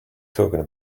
talking